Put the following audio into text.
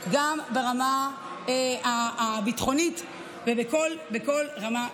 גם ברמה הביטחונית ובכל רמה שהיא.